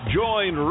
join